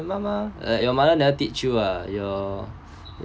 你妈妈 eh your mother never teach you ah your